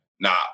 nah